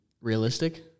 realistic